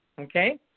Okay